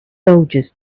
soldiers